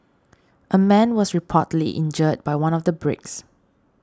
a man was reportedly injured by one of the bricks